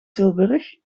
tilburg